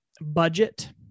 Budget